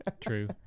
true